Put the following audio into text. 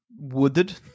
Wooded